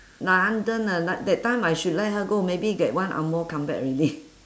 london ah like that time I should let her go maybe get one angmoh come back already